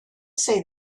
say